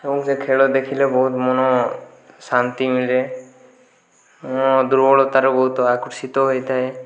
ଆଉ ସେ ଖେଳ ଦେଖିଲେ ବହୁତ ମନ ଶାନ୍ତିମିଳେ ମୋ ଦୁର୍ବଳତାର ବହୁତ ଆକର୍ଷିତ ହୋଇଥାଏ